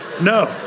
no